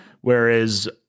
Whereas